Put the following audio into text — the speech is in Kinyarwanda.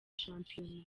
shampiyona